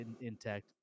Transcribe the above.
intact